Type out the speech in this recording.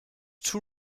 too